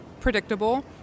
predictable